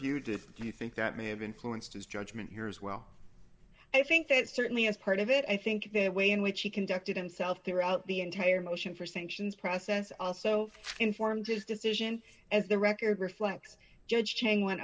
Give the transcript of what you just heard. view did you think that may have influenced his judgment here as well i think that certainly is part of it i think that way in which he conducted himself throughout the entire motion for sanctions process also informed his decision as the record reflects judge chang went